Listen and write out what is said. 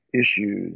issues